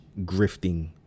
grifting